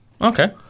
okay